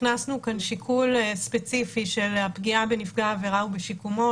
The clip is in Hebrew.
הכנסנו כאן שיקול ספציפי של הפגיעה בנפגע עבירה ובשיקומו.